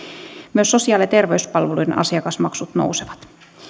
myös sosiaali ja terveyspalveluiden asiakasmaksut nousevat